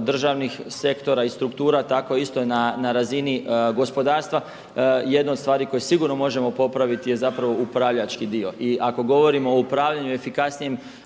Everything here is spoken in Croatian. državnih sektora i struktura tako isto na razini gospodarstva jedna od stvari koje sigurno možemo popraviti je zapravo upravljački dio. I ako govorimo o upravljanju i efikasnijem